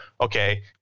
okay